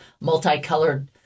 multicolored